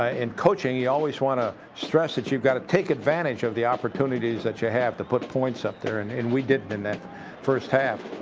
ah in coaching, you always want to stress that you've got to take advantage of the opportunities that you have to put points up there. and and we didn't in first half.